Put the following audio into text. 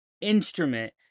instrument